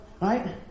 Right